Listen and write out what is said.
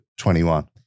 21